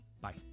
Bye